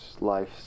life